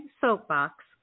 soapbox